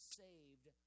saved